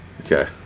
Okay